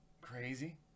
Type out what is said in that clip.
Crazy